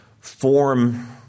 form